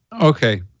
Okay